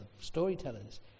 storytellers